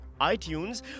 iTunes